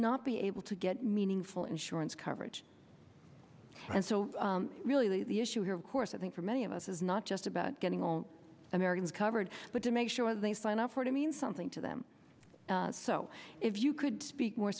not be able to get meaningful insurance coverage and so really the issue here of course i think for many of us is not just about getting all americans covered but to make sure they sign up for to mean something to them so if you could speak more